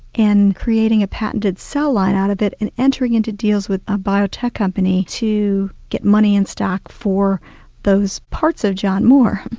and created a patented cell line out of it, and entering into deals with a biotech company, to get money and stock for those parts of john moore.